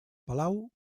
palau